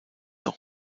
auch